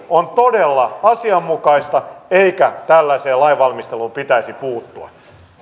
on todella asianmukaista eikä tällaiseen lainvalmisteluun pitäisi puuttua